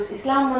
Islam